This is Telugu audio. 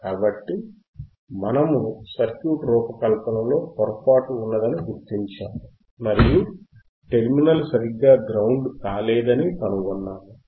కాబట్టి మనము సర్క్యూట్ రూపకల్పనలో పొరపాటు ఉన్నదని గుర్తించాము మరియు టెర్మినల్ సరిగ్గాగ్రౌండ్ కాలేదని కనుగొన్నాము